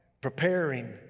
preparing